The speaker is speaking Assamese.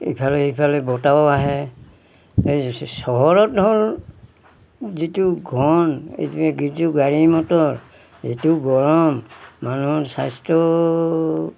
ইফালে ইফালে বতাহো আহে চহৰত হ'ল যিটো ঘন এইটো যিটো গাড়ী মটৰ যিটো গৰম মানুহৰ স্বাস্থ্য